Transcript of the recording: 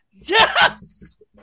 Yes